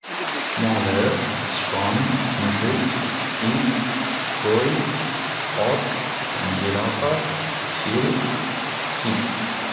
Chumoli, sichqon, mushuk, it, qo'y, ot, jrafa, fil, kit.